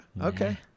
Okay